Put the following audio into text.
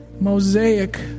mosaic